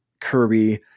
Kirby